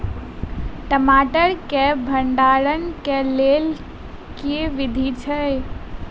टमाटर केँ भण्डारण केँ लेल केँ विधि छैय?